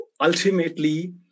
ultimately